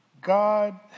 God